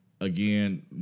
again